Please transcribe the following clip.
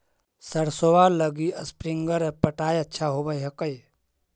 सरसोबा लगी स्प्रिंगर पटाय अच्छा होबै हकैय?